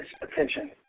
attention